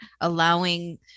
allowing